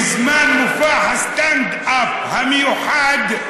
בזמן מופע הסטנד-אפ המיוחד,